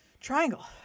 Triangle